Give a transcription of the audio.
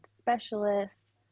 specialists